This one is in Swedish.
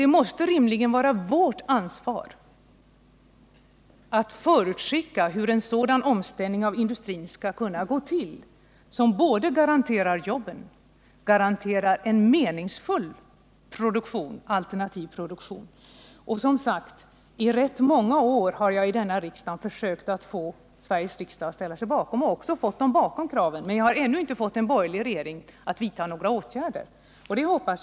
Det måste rimligen vara vårt ansvar att förutskicka hur en sådan omställning av industrin som både tryggar jobben och garanterar en meningsfull alternativ produktion skall kunna gå till. Jag har som sagt i många år försökt få Sveriges riksdag att ställa sig bakom dessa krav och också lyckats med detta, men jag har ännu inte fått en borgerlig regering att vidta några åtgärder i linje härmed.